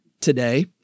today